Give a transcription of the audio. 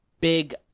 big